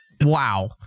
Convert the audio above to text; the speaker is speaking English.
Wow